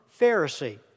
Pharisee